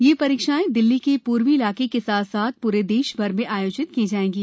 यह परीक्षाएं दिल्ली के पूर्वी इलाके के साथ साथ पूरे देश भर में आयोजित की जाएंगी